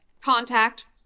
contact